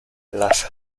las